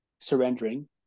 surrendering